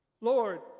Lord